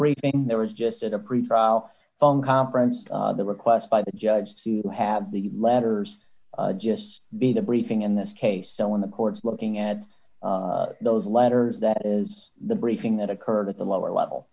briefing there was just a pretrial phone conference the request by the judge to have the letters just be the briefing in this case so in the courts looking at those letters that is the briefing that occurred at the lower level